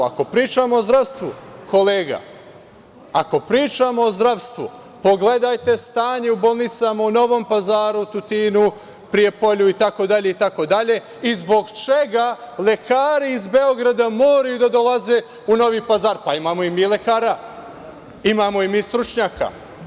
Ako pričamo o zdravstvu, kolega, ako pričamo o zdravstvu, pogledajte stanje u bolnicama u Novom Pazaru, Tutinu, Prijepolju, itd, itd. i zbog čega lekari iz Beograda moraju da dolaze u Novi Pazar, pa imamo i mi lekara, imamo i mi stručnjaka.